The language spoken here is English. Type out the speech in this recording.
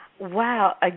Wow